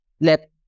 let